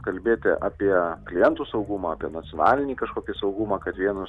kalbėti apie klientų saugumą apie nacionalinį kažkokį saugumą kad vienus